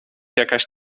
jakaś